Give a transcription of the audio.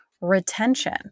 retention